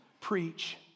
preach